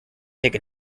take